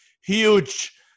huge